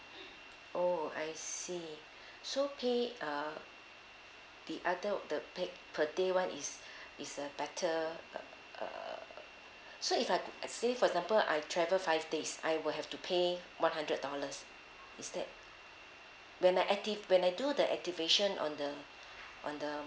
oh I see so K uh the other of the pac~ per day [one] is is a better uh uh so if I say for example I travel five days I will have to pay one hundred dollars is that when I activ~ when I do the activation on the on the